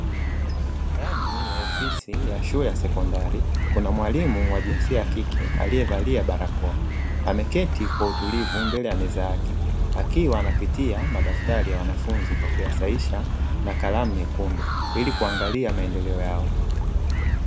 Ndani ya ofisi ya shule ya sekondari kuna mwalimu wa jinsia ya kike aliyevalia barakoa, ameketi kwa utulivu mbele ya meza yake. Akiwa anapitia madaftari ya wanafunzi kwa kuyasahisha kwa kalamu nyekundu, ili kuangalia maendeleo yao.